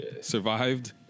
Survived